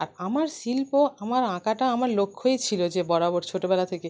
আর আমার শিল্প আমার আঁকাটা আমার লক্ষ্যই ছিল যে বরাবর ছোটবেলা থেকে